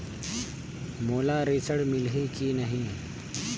मोला ऋण मिलही की नहीं?